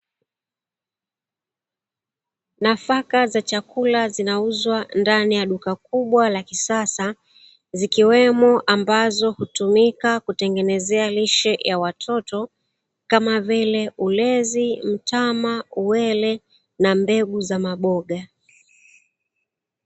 Nafaka za chakula zinauzwa ndani ya duka kubwa la kisasa, zikiwemo ambazo hutumika kutengenezea lishe ya watoto, kama vile: ulezi, mtama, uwele na mbegu za maboga.